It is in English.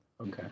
Okay